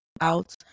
out